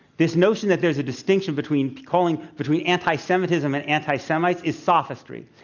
this notion that there's a distinction between calling between anti-semitism and anti-semites is sophistry.